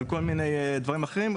על כל מיני דברים אחרים.